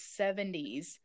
70s